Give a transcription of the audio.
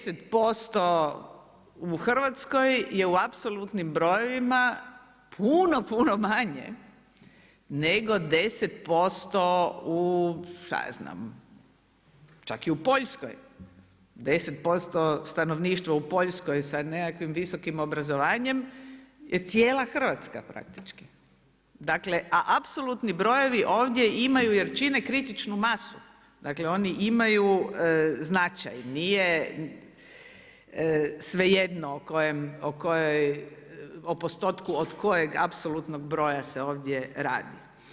10% u Hrvatskoj je u apsolutnim brojevima puno, puno manje nego 10% čak i u Poljskoj, 10% stanovništva u Poljskoj sa nekakvim visokim obrazovanjem je cijela Hrvatska praktički a apsolutni brojevi ovdje imaju jer čine kritičnu masu, dakle oni imaju značaj, nije svejedno o postotku od kojeg apsolutno broja se ovdje radi.